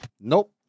Nope